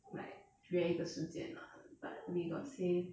like 约一个时间 lah but we got say